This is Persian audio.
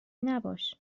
نباش